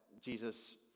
Jesus